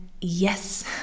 Yes